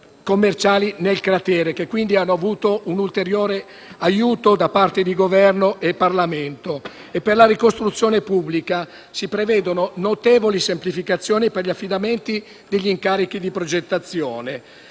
commerciali nel cratere, che quindi hanno avuto un ulteriore aiuto da parte di Governo e Parlamento. Per la ricostruzione pubblica si prevedono notevoli semplificazioni per gli affidamenti degli incarichi di progettazione: